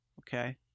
okay